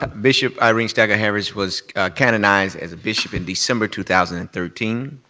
ah bishop irene so like harris was canonized as a bishop in december two thousand and thirteen,